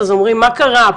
אז אומרים מה קרה,